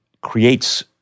creates